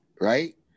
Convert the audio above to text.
right